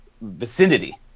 vicinity